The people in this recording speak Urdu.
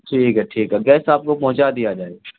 ٹھیک ہے ٹھیک ہے گیس آپ کو پہنچا دیا جائے گا